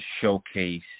showcase